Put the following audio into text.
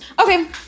Okay